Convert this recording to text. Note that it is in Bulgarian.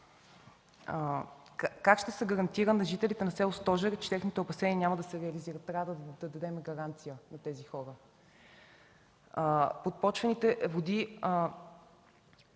Как ще се гарантира на жителите на село Стожер, че техните опасения няма да се реализират? Трябва да дадем гаранция на тези хора. Трябва да